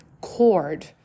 cord